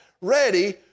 ready